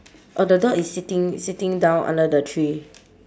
oh the dog is sitting sitting down under the tree